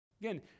Again